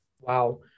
Wow